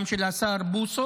גם של השר בוסו,